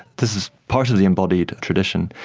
this is part of the embodied tradition,